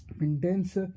intense